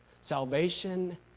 Salvation